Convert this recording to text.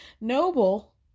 Noble